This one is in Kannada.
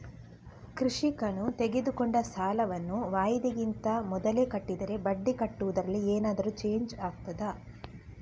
ಕೃಷಿಕನು ತೆಗೆದುಕೊಂಡ ಸಾಲವನ್ನು ವಾಯಿದೆಗಿಂತ ಮೊದಲೇ ಕಟ್ಟಿದರೆ ಬಡ್ಡಿ ಕಟ್ಟುವುದರಲ್ಲಿ ಏನಾದರೂ ಚೇಂಜ್ ಆಗ್ತದಾ?